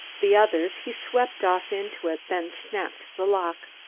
the others he swept off into it, then snapped the lock.